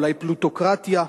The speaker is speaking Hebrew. אולי פלוטוקרטיה,